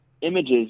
images